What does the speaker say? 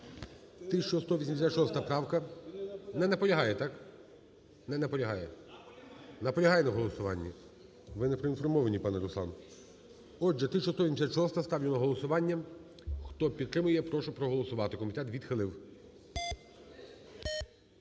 1186-а ставлю на голосування. Хто підтримує, я прошу проголосувати. Комітет відхилив.